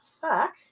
fuck